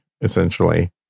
essentially